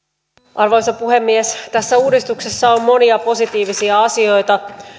arvoisa puhemies tässä uudistuksessa on monia positiivisia asioita